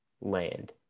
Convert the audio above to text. land